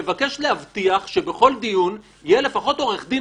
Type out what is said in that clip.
מבקש להבטיח שבכל דיון יהיה לפחות עורך דין